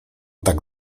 tak